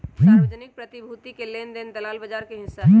सार्वजनिक प्रतिभूति के लेन देन दलाल बजार के हिस्सा हई